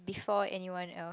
before anyone else